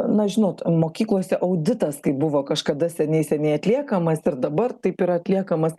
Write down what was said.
na žinot mokyklose auditas kai buvo kažkada seniai seniai atliekamas ir dabar taip yra atliekamas